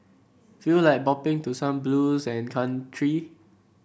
feel like bopping to some blues and country